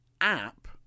app